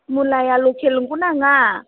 मुलाया लकेल नंगौना नङा